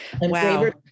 Wow